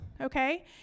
okay